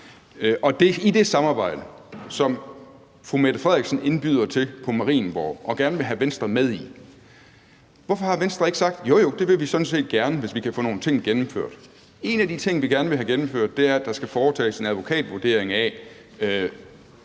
om det samarbejde, som den fungerende statsminister indbyder til på Marienborg og gerne vil have Venstre med i, kan man spørge, hvorfor Venstre ikke har sagt: Jo jo, det vil vi sådan set gerne, hvis vi kan få nogle ting gennemført. En af de ting, vi gerne vil have gennemført, er, at der skal foretages en advokatvurdering af